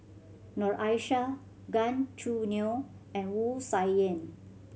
Noor Aishah Gan Choo Neo and Wu Tsai Yen